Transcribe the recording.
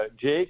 Jake